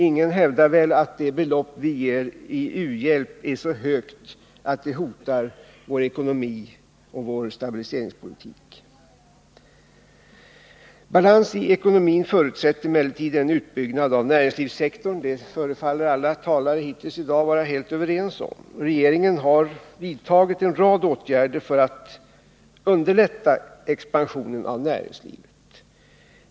Ingen hävdar väl att det belopp vi ger i u-hjälp är så högt att det hotar vår ekonomi och vår stabiliseringspolitik. Balans i ekonomin förutsätter emellertid en utbyggnad av näringslivssek torn. Det förefaller alla talare hittills i dag att vara helt överens om. Regeringen har vidtagit en rad åtgärder för att underlätta expansionen av näringslivet.